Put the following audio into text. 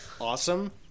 Awesome